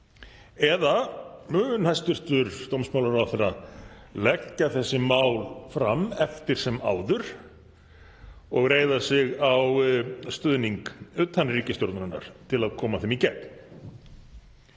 eða mun hæstv. dómsmálaráðherra leggja þessi mál fram eftir sem áður og reiða sig á stuðning utan ríkisstjórnarinnar til að koma þeim í gegn?